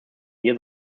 near